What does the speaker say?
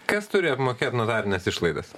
kas turi apmokėt notarines išlaidas